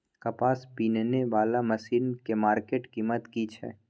कपास बीनने वाला मसीन के मार्केट कीमत की छै?